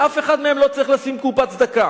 לאף אחד מהם לא צריך לשים קופת צדקה,